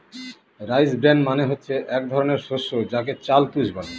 rice bran মানে হচ্ছে এক ধরনের শস্য যাকে চাল তুষ বলে